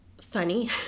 funny